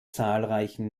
zahlreichen